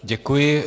Děkuji.